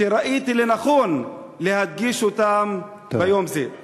שראיתי לנכון להדגיש אותם ביום זה.